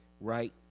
right